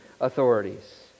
authorities